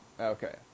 Okay